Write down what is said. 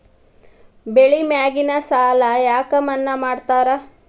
ಬೆಳಿ ಮ್ಯಾಗಿನ ಸಾಲ ಯಾಕ ಮನ್ನಾ ಮಾಡ್ತಾರ?